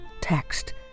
text